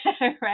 right